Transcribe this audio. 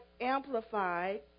Amplified